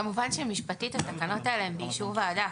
כמובן שמשפטית התקנות האלה הן באישור ועדה.